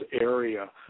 area